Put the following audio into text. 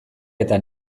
eta